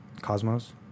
Cosmos